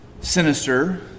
Sinister